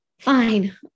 fine